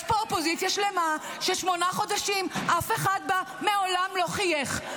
יש פה אופוזיציה שלמה ששמונה חודשים אף אחד בה מעולם לא חייך,